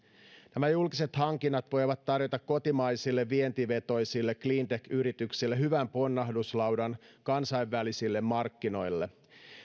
nämä julkiset hankinnat voivat tarjota kotimaisille vientivetoisille cleantech yrityksille hyvän ponnahduslaudan kansainvälisille markkinoille